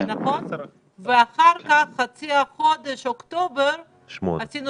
ואחר כך, בחצי חודש אוקטובר, עשינו